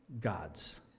God's